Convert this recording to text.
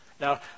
Now